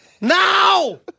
Now